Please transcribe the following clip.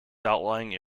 outlying